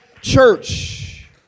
Church